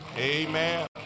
amen